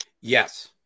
Yes